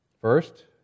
First